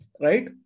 right